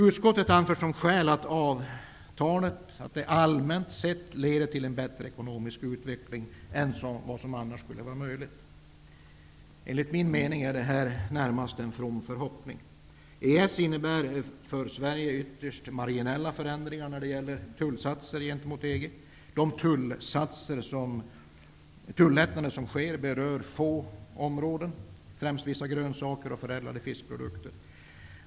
Utskottet anför som skäl för avtalet att det ''allmänt sett'' kan leda till ''en bättre ekonomisk utveckling i Sverige än vad som annars skulle vara möjligt''. Enligt min mening handlar det här närmast om en from förhoppning. EES innebär för Sverige ytterst marginella förändringar när det gäller tullsatser gentemot EG. De tullättnader som sker berör få områden. Främst gäller det vissa grönsaker och förädlade fiskprodukter.